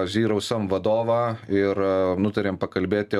zerosum vadovą ir nutarėm pakalbėti